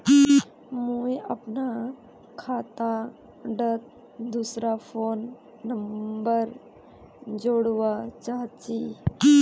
मुई अपना खाता डात दूसरा फोन नंबर जोड़वा चाहची?